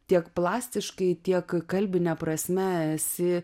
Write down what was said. tiek plastiškai tiek kalbine prasme esi